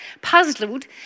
puzzled